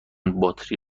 باتری